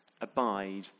abide